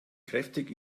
kräftig